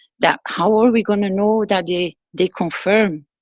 that, how are we gonna know that they, they confirm?